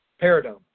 paradigm